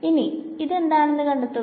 ഇനി ഇതെന്താണെന്ന് കണ്ടെത്തു